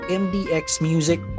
MDXmusic